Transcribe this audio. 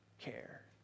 care